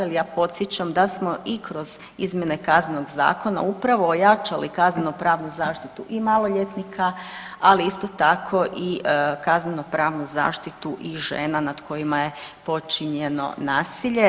Ali ja podsjećam da smo i kroz izmjene Kaznenog zakona upravo ojačali kazneno-pravnu zaštitu i maloljetnika ali isto tako i kazneno-pravnu zaštitu i žena nad kojima je počinjeno nasilje.